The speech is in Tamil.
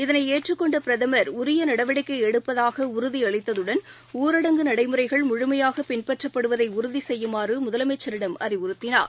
இதனைஏற்றுக் கொண்டபிரதமர் உரியநடவடிக்கைஎடுப்பதாகஉறுதியளித்ததுடன் ஊரடங்கு நடைமுறைகள் முழுமையாகப் பின்பற்றப்படுவதைஉறுதிசெய்யுமாறுமுதலமைச்சரிடம் அறிவுறுத்தினார்